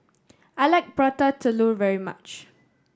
I like Prata Telur very much